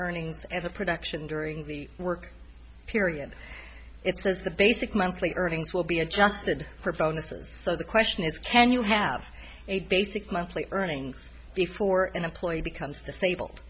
earnings and the production during the work period it says the basic monthly earnings will be adjusted for bonuses so the question is can you have a basic monthly earnings before an employee becomes disabled